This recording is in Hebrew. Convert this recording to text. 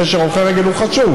גשר הולכי רגל הוא חשוב,